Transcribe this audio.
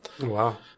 wow